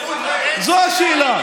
זו השאלה.